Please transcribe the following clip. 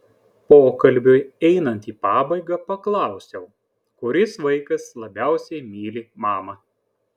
pokalbiui einant į pabaigą paklausiau kuris vaikas labiausiai myli mamą